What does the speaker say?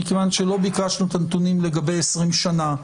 ומכיוון שלא ביקשנו את הנתונים לגבי 20 שנה,